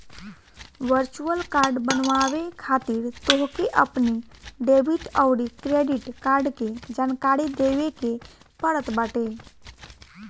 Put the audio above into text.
virtual card बनवावे खातिर तोहके अपनी डेबिट अउरी क्रेडिट कार्ड के जानकारी देवे के पड़त बाटे